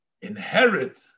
inherit